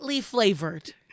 flavored